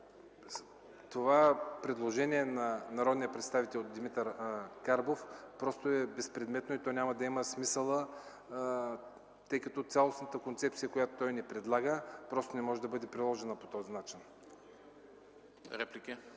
това предложение на народния представител Димитър Карбов просто е безпредметно и няма да има смисъл, тъй като цялостната концепция, която ни предлага, просто не може да бъде приложена по този начин.